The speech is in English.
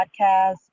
Podcast